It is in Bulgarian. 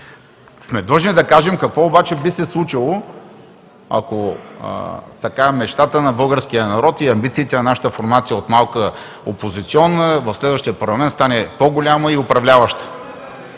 сме да кажем какво би се случило, ако мечтата на българския народ и амбициите на нашата формация – от малка опозиционна, в следващия парламент да стане по-голяма и управляваща.